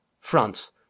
france